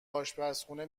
آشپزخونه